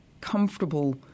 comfortable